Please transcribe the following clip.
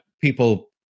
people